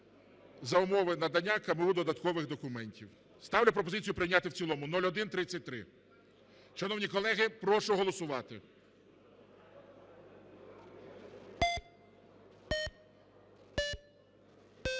за умови надання КМУ додаткових документів. Ставлю пропозицію прийняти в цілому 0133. Шановні колеги, прошу голосувати.